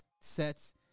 sets